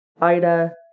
Ida